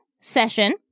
session